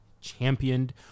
championed